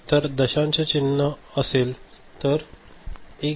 जर दशांश चिन्ह असेल तर 1